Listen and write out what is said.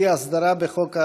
אי-הסדרה בחוק ההסדרה: